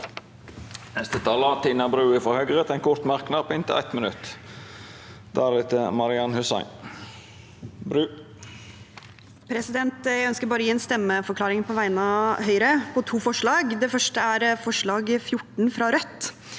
Jeg ønsker bare å gi en stemmeforklaring på vegne av Høyre til to forslag. Det første er forslag nr. 14, fra Rødt,